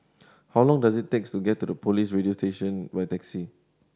how long does it takes to get to Police Radio Division by taxi